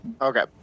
Okay